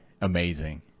amazing